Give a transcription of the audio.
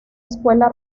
escuela